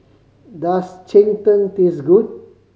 does cheng tng taste good